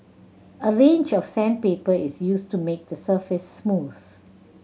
a range of sandpaper is used to make the surface smooth